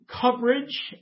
coverage